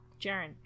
Jaren